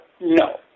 no